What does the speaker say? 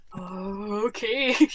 Okay